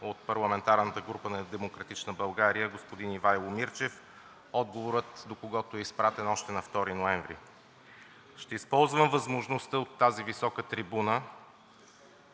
от парламентарната група на „Демократична България“ господин Ивайло Мирчев, отговорът до когото е изпратен още на 2 ноември. Ще използвам възможността от тази висока трибуна